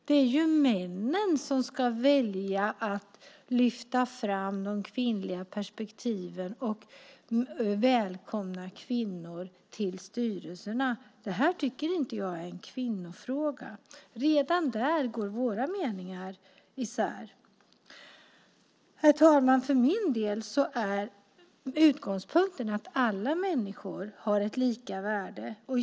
Det är männen som ska välja att lyfta fram de kvinnliga perspektiven och välkomna kvinnor till styrelserna. Det tycker inte jag är en kvinnofråga. Redan där går våra meningar isär. Herr talman! För min del är utgångspunkten att alla människor har ett lika värde.